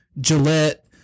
Gillette